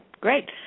great